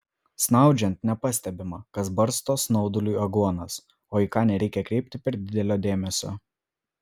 snaudžiant nepastebima kas barsto snauduliui aguonas o į ką nereikia kreipti per didelio dėmesio